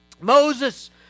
Moses